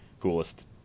coolest